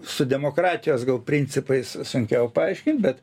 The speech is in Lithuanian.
su demokratijos principais sunkiau paaiškint bet